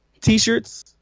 T-shirts